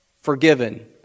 Forgiven